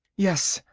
yes,